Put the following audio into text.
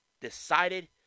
decided